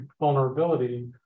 vulnerability